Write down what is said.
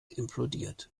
implodiert